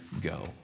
go